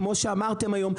כמו שאמרתם היום,